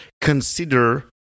consider